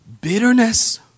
Bitterness